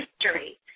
history